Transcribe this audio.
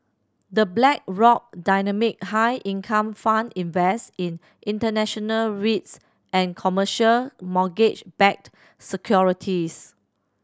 The Blackrock Dynamic High Income Fund invest in international REITs and commercial mortgage backed securities